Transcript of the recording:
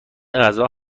غذا